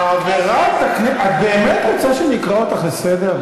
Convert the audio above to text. את באמת רוצה שאני אקרא אותך לסדר?